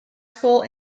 school